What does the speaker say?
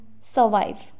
survive